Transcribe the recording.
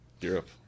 Europe